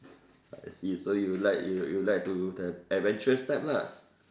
I see so you like you you like to have adventures type lah